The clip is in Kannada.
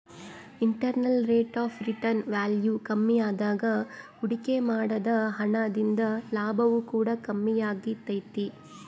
internal rate of return value ಕಮ್ಮಿಯಾದಾಗ ಹೂಡಿಕೆ ಮಾಡಿದ ಹಣ ದಿಂದ ಲಾಭವು ಕೂಡ ಕಮ್ಮಿಯಾಗೆ ತೈತೆ